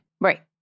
Right